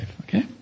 okay